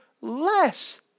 less